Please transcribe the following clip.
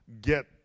get